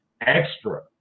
extra